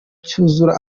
cyuzura